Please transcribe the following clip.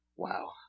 Wow